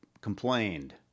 complained